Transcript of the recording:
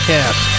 Cast